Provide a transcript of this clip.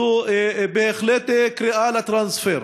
זו בהחלט קריאה לטרנספר.